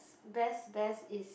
best best is